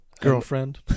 girlfriend